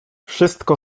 wszystko